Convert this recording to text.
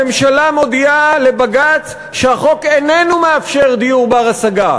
הממשלה מודיעה לבג"ץ שהחוק איננו מאפשר דיור בר-השגה.